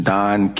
Don